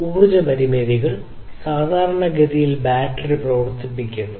ഊർജ്ജ പരിമിതികൾ സാധാരണഗതിയിൽ ബാറ്ററി പ്രവർത്തിപ്പിക്കുന്നു